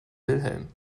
wilhelm